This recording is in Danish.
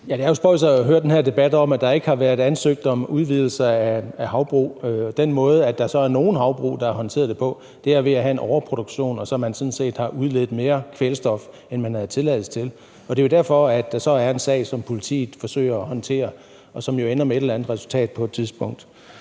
jo spøjst at høre den her debat om, at der ikke har været ansøgt om udvidelser af havbrug. Den måde, nogle havbrug har håndteret det på, er ved at have en overproduktion, så man sådan set har udledt mere kvælstof, end man havde tilladelse til. Og det er jo derfor, der så er en sag, som politiet forsøger at håndtere, og som jo ender med et eller andet resultat på et tidspunkt.